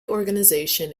organization